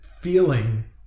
feeling